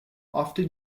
often